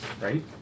Right